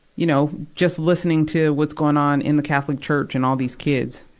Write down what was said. you know, just listening to what's going on in the catholic church and all these kids.